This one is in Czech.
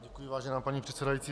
Děkuji, vážená paní předsedající.